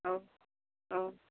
औ औ